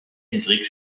hendrix